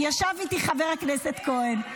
ישב איתי חבר הכנסת כהן.